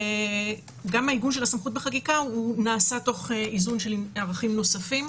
העיגון של הסמכות בחקיקה נעשה תוך איזון של ערכים נוספים.